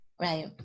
Right